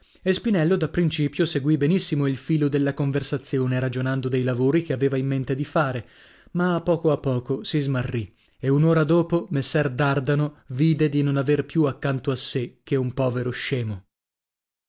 e spinello da principio segui benissimo il filo della conversazione ragionando dei lavori che aveva in mente di fare ma a poco a poco si smarrì e un'ora dopo messer dardano vide di non aver più accanto a sè che un povero scemo